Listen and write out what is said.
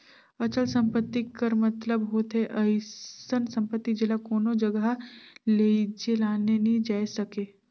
अचल संपत्ति कर मतलब होथे अइसन सम्पति जेला कोनो जगहा लेइजे लाने नी जाए सके